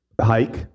Hike